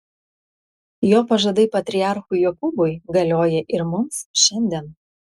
jo pažadai patriarchui jokūbui galioja ir mums šiandien